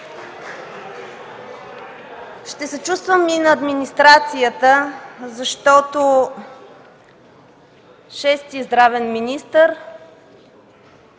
Ще съчувствам и на администрацията, защото – шести здравен министър,